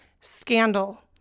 scandal